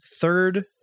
third